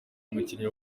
umukinnyi